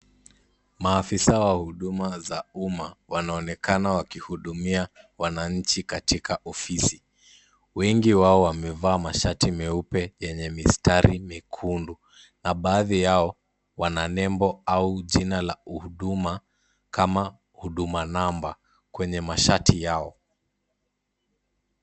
Maafisa wa huduma za umma wanaonekana wakihudumia wananchi katika ofisi. Wengi wao wamevaa mashati meupe yenye mistari myekundu na baadhi yao wana nembo au jina la huduma kama huduma namba kwenye mashati yao.